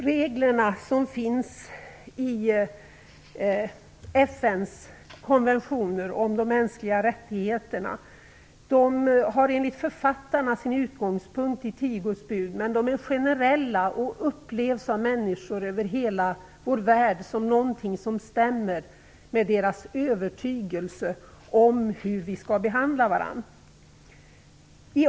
Reglerna som finns i FN:s konventioner om de mänskliga rättigheterna har enligt författarna sin utgångspunkt i tio Guds bud, men de är generella och upplevs av människor över hela vår värld som något som stämmer med deras övertygelse om hur vi skall behandla varandra.